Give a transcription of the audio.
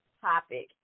topic